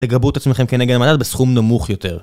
תגברו את עצמכם כנגן המדד בסכום נמוך יותר